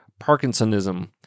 Parkinsonism